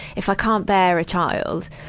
if i can't bear a child,